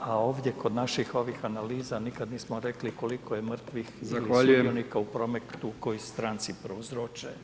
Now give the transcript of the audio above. A ovdje kod naših ovih analiza nikad nismo rekli koliko je mrtvih ili sudionika u prometu koje stranci prouzroče.